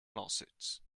lawsuits